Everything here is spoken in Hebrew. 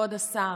כבוד השר,